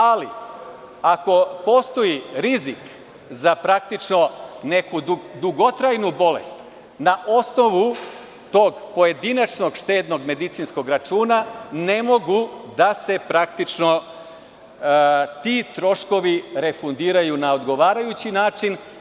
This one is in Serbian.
Ali, ako postoji rizik za neku dugotrajnu bolest, na osnovu tog pojedinačnog štednog medicinskog računa, ne mogu ti troškovi da se refundiraju na odgovarajući način.